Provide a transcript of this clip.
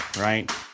right